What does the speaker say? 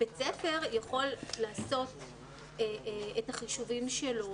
בית ספר יכול לעשות את החישובים שלו